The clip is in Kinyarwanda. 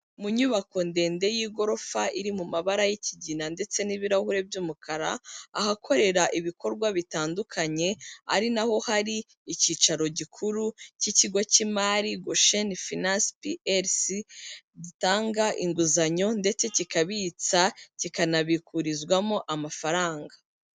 Mu nyubako ndende y'igorofa iri mu mabara y'ikigina ndetse n'ibirahuri by'umukara, ahakorera ibikorwa bitandukanye ari na ho hari icyicaro gikuru cy'ikigo cy'imari Goshini finansi plc, gitanga inguzanyo ndetse kikabitsa kikanabikurizwamo amafaranga.